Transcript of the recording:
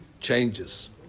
changes